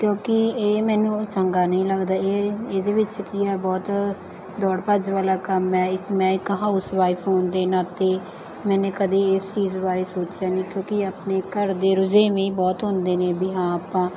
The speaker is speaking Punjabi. ਕਿਉਂਕਿ ਇਹ ਮੈਨੂੰ ਚੰਗਾ ਨਹੀਂ ਲੱਗਦਾ ਇਹ ਇਹਦੇ ਵਿੱਚ ਕੀ ਹੈ ਬਹੁਤ ਦੌੜ ਭੱਜ ਵਾਲਾ ਕੰਮ ਹੈ ਇੱਕ ਮੈਂ ਇੱਕ ਹਾਊਸ ਵਾਈਫ ਹੋਣ ਦੇ ਨਾਤੇ ਮੈਂ ਕਦੇ ਇਸ ਚੀਜ਼ ਬਾਰੇ ਸੋਚਿਆ ਨਹੀਂ ਕਿਉਂਕਿ ਆਪਣੇ ਘਰ ਦੇ ਰੁਝੇਵੇਂ ਹੀ ਬਹੁਤ ਹੁੰਦੇ ਨੇ ਵੀ ਹਾਂ ਆਪਾਂ